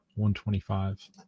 125